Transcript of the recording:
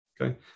Okay